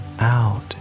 out